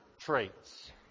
traits